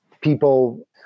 people